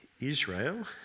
Israel